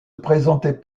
représentait